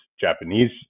Japanese